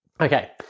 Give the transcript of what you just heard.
Okay